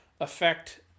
affect